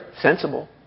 sensible